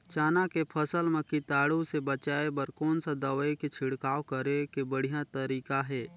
चाना के फसल मा कीटाणु ले बचाय बर कोन सा दवाई के छिड़काव करे के बढ़िया तरीका हे?